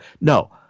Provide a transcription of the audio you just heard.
No